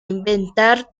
inventar